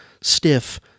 stiff